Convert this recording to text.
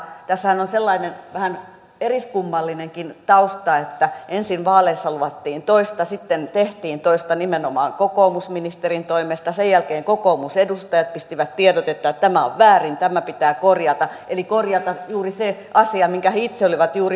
tässähän on sellainen vähän eriskummallinenkin tausta että ensin vaaleissa luvattiin toista sitten tehtiin toista nimenomaan kokoomusministerin toimesta sen jälkeen kokoomusedustajat pistivät tiedotetta että tämä on väärin tämä pitää korjata eli korjata juuri se asia minkä he itse olivat juuri hyväksyneet